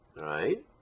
right